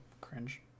Cringe